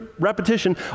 Repetition